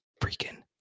freaking